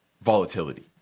volatility